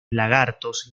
lagartos